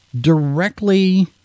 directly